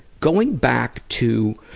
going back to